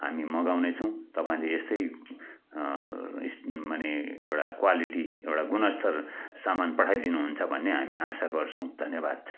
हामी मगाउनेछौँ तपाईँले यस्तै इस माने एउटा क्वालिटी एउटा गुणस्तर सामान पठाइदिनुहुन्छ भन्ने हामी आशा गर्छौँ धन्यवाद